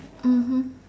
mmhmm